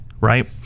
right